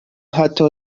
حتی